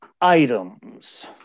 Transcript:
items